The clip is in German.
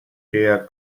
der